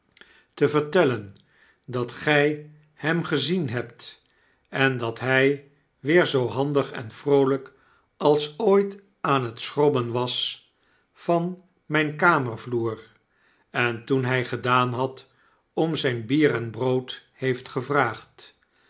te vertellen dat gij hem gezien hebt en dat hij weer zoo handig envroolyk als ooit aan t schrobben was van myn kamervloer en toen hy gedaan had om zijn bier en brood heeft gevraagd